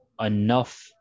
enough